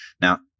Now